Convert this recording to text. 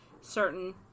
certain